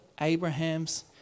Abraham's